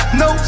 no